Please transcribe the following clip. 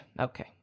Okay